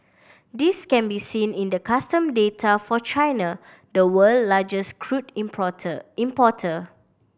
this can be seen in the custom data for China the world largest crude importer importer